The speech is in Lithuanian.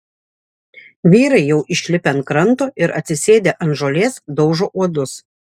vyrai jau išlipę ant kranto ir atsisėdę ant žolės daužo uodus